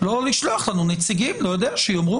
נציגים שיאמרו.